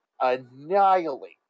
Annihilate